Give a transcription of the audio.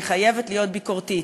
היא חייבת להיות ביקורתית.